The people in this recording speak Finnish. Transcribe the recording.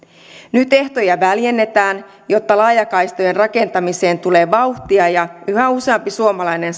nyt ehtoja väljennetään jotta laajakaistojen rakentamiseen tulee vauhtia ja yhä useampi suomalainen